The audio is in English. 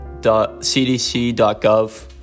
cdc.gov